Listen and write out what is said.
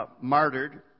martyred